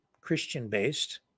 Christian-based